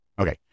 Okay